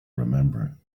remember